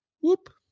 Whoop